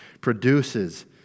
produces